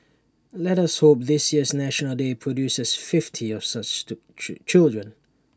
let us hope this year's National Day produces fifty of such children